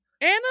Anna